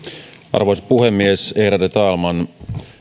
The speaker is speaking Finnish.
arvoisa puhemies ärade talman